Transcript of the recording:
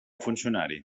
funcionari